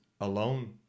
alone